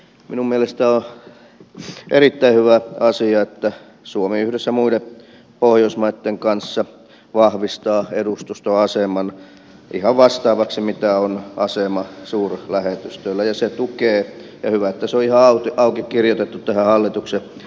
minun mielestäni on erittäin hyvä asia että suomi yhdessä muiden pohjoismaitten kanssa vahvistaa edustustoaseman ihan vastaavaksi kuin mikä on asema suurlähetystöillä ja hyvä että se on ihan auki kirjoitettu tähän hallituksen esitykseen